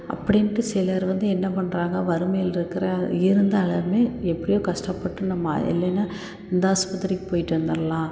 அப்படிண்ட்டு சிலர் வந்து என்ன பண்ணுறாங்க வறுமையில் இருக்கிற இருந்தாலுமே எப்படியோ கஷ்டப்பட்டு நம்ம இல்லைன்னா இந்த ஆஸ்பத்திரிக்கு போய்விட்டு வந்துர்லாம்